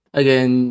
again